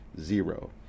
zero